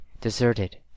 deserted